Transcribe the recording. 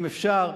אם אפשר,